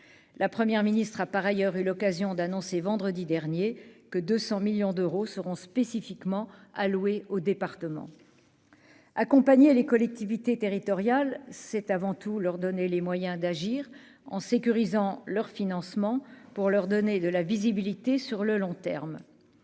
la première ministre a par ailleurs eu l'occasion d'annoncer vendredi dernier que 200 millions d'euros seront spécifiquement alloués au département, accompagner les collectivités territoriales, c'est avant tout leur donner les moyens d'agir en sécurisant leurs financement pour leur donner de la visibilité sur le long terme